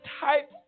type